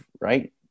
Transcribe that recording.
right